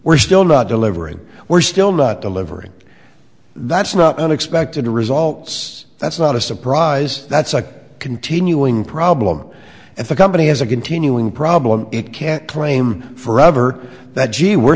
we're still not delivering we're still not delivering that's not unexpected results that's not a surprise that's a continuing problem and the company has a continuing problem it can't claim forever that gee we're